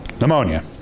Pneumonia